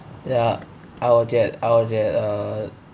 ya I'll get I'll get a